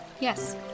Yes